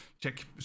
check